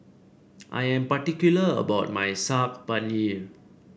I am particular about my Saag Paneer